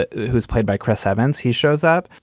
ah who's played by chris evans? he shows up,